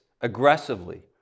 aggressively